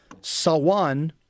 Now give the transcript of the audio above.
Sawan